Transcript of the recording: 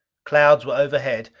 clouds were overhead,